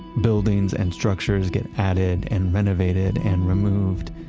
buildings and structures get added, and renovated, and removed.